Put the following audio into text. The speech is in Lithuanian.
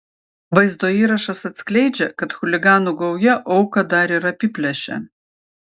vaizdo įrašas atskleidžia kad chuliganų gauja auką dar ir apiplėšė